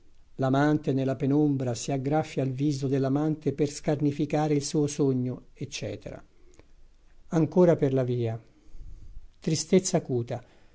l'amante nella penombra si aggraffia al viso dell'amante per scarnificare il suo sogno ecc ancora per la via tristezza acuta